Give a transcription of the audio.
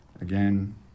Again